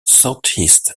southeast